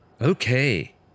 Okay